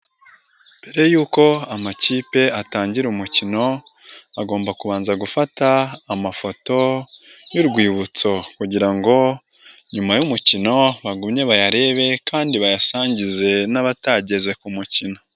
Mbere yuko amakipe atangira umukino, bagomba kubanza gufata amafoto y'urwibutso, kugira ngo nyuma y'umukino bagumye bayarebe kandi bayasangize n'abatageze ku mukino.